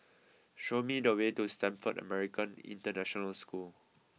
show me the way to Stamford American International School